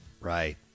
Right